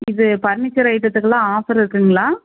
இது பர்னிச்சர் ஐட்டத்துக்கு எல்லாம் ஆஃபர் இருக்குங்களா